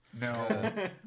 No